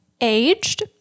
aged